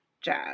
jazz